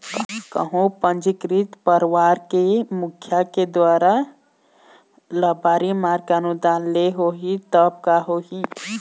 कहूँ पंजीकृत परवार के मुखिया के दुवारा लबारी मार के अनुदान ले होही तब का होही?